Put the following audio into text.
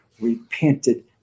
repented